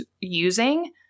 using